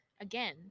again